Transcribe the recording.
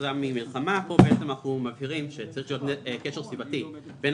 כתוצאה ממלחמה:" פה אנחנו מבהירים שצריך להיות קשר סיבתי בין